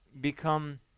become